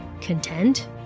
Content